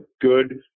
good